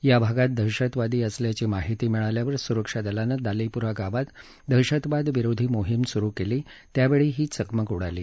या भागात दहशतवादी असल्याची माहिती मिळाल्यावर सुरक्षादलानं दालीपुरा गावात दहशतवाद विरोधी मोहीम सुरु केली त्यावेळी ही चकमक उडाली